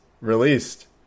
released